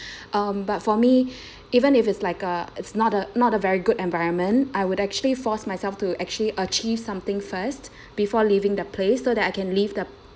um but for me even if it's like a it's not a not a very good environment I would actually force myself to actually achieve something first before leaving the place so that I can leave the